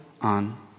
on